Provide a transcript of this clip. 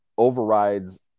overrides